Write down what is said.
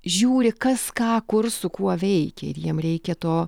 žiūri kas ką kur su kuo veikia ir jiem reikia to